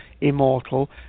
immortal